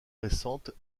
récente